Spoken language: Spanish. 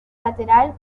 lateral